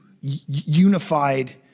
unified